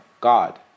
God